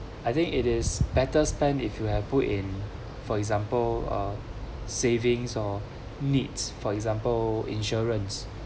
I think it is better spend if you have put in for example uh savings or needs for example insurance